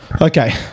Okay